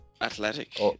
Athletic